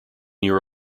year